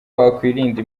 wakwirinda